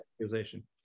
accusation